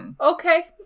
Okay